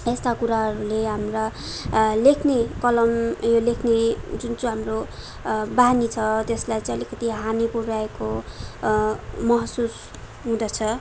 यस्ता कुराहरूले हाम्रा लेख्ने कलम यो लेख्ने जुन चाहिँ हाम्रो बानी छ त्यसलाई चाहिँ अलिकति हानी पुऱ्याएको महसुस हुँदछ